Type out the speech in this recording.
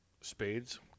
Spades